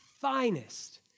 finest